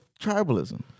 tribalism